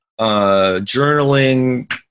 journaling